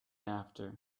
after